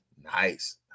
nice